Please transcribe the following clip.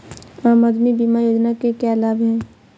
आम आदमी बीमा योजना के क्या लाभ हैं?